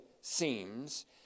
seems